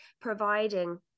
providing